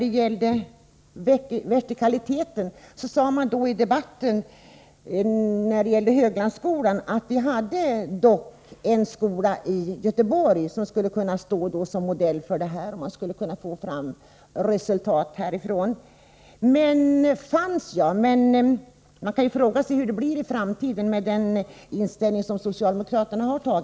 Beträffande vertikaliteten sade man i debatten om Höglandsskolan att det fanns en skola som skulle kunna stå modell för detta, och att man skulle få fram resultat därifrån. Fanns, ja. Men hur blir det i framtiden med den inställning socialdemokraterna har? Fru talman!